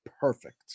perfect